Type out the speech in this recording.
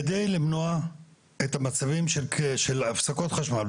כדי למנוע את המצבים של הפסקות חשמל,